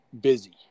busy